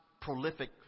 prolific